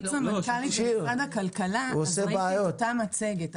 --- כשהיית סמנכ"לית במשרד הכלכלה ראיתי את אותה מצגת.